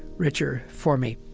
richer for me